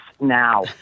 now